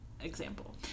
example